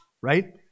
right